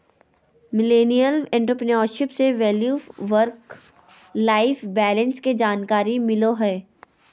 millennial entrepreneurship से value work life balance के जानकारी मिलो हय